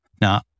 Now